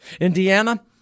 Indiana